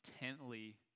intently